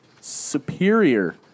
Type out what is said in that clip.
superior